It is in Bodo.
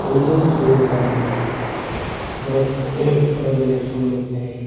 उन्दै समनिफ्राय आं फराय फरायबोनाय समनिफ्राय